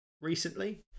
recently